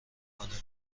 کنین